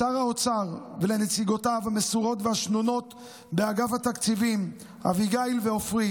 לשר האוצר ולנציגותיו המסורות והשנונות באגף התקציבים אביגיל ועפרי